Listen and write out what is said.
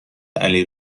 علی